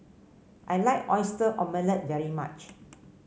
I like Oyster Omelette very much